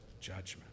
judgment